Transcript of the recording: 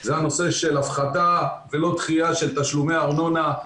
זה הנושא של הפחתה ולא דחייה של תשלומי הארנונה.